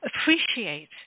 appreciate